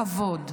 כבוד,